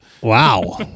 wow